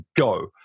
Go